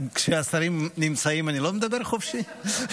כשהשרים נמצאים אני לא מדבר חופשי?